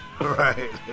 Right